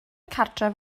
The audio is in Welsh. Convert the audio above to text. cartref